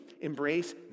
embrace